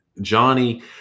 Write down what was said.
Johnny